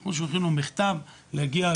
אנחנו שולחים לו מכתב להגיע,